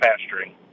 pasturing